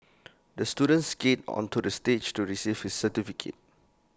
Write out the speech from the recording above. the student skated onto the stage to receive his certificate